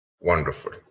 Wonderful